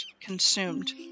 consumed